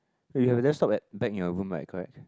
eh you have a desktop at back in your room right correct